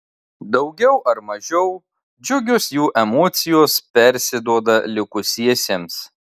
daugiau ar mažiau džiugios jų emocijos persiduoda likusiesiems